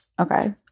okay